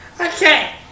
Okay